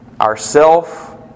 ourself